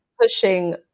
pushing